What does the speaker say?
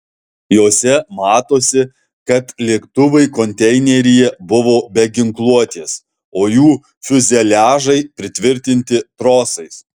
jose matosi kad lėktuvai konteineryje buvo be ginkluotės o jų fiuzeliažai pritvirtinti trosais